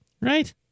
right